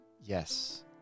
yes